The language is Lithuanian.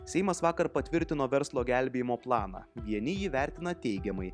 seimas vakar patvirtino verslo gelbėjimo planą vieni jį vertina teigiamai